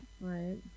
right